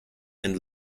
and